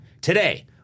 today